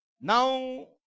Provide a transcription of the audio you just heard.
Now